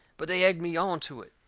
but they egged me on to it.